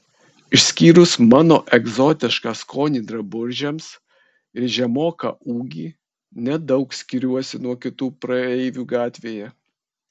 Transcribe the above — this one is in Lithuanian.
išskyrus mano egzotišką skonį drabužiams ir žemoką ūgį nedaug skiriuosi nuo kitų praeivių gatvėje